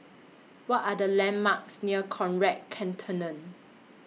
What Are The landmarks near Conrad Centennial